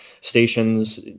stations